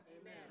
Amen